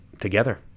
together